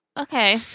okay